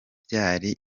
byari